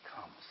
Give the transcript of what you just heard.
comes